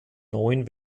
neuen